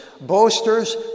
boasters